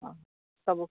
ହଁ ସବୁ